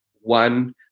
one